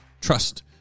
trust